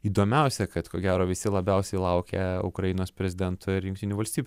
įdomiausia kad ko gero visi labiausiai laukia ukrainos prezidento ir jungtinių valstijų